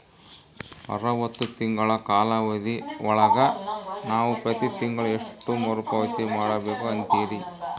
ಅರವತ್ತು ತಿಂಗಳ ಕಾಲಾವಧಿ ಒಳಗ ನಾವು ಪ್ರತಿ ತಿಂಗಳು ಎಷ್ಟು ಮರುಪಾವತಿ ಮಾಡಬೇಕು ಅಂತೇರಿ?